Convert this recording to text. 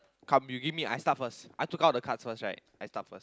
come you give me I start first I took out the cards first right I start first